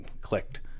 clicked